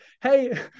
hey